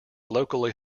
locally